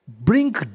bring